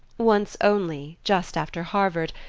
once only, just after harvard,